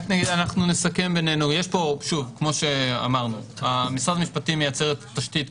אנחנו נסכם בינינו: משרד המשפטים מייצר את התשתית,